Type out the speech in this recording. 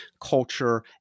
culture